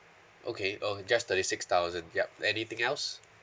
okay okay just thirty six thousand yup anything else